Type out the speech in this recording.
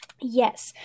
yes